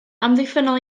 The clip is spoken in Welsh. amddiffynnol